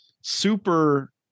super